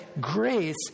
grace